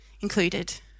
included